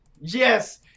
Yes